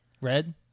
Red